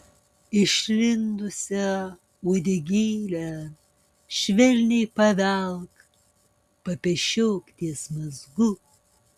išlindusią uodegėlę švelniai pavelk papešiok ties mazgu